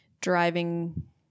driving